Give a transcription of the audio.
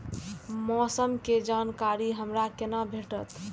मौसम के जानकारी हमरा केना भेटैत?